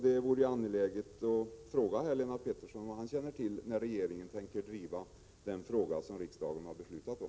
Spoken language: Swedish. Det vore angeläget att få veta om Lennart Pettersson känner till när regeringen tänker driva den fråga som riksdagen har beslutat om.